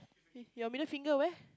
your middle finger where